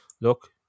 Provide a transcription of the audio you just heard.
look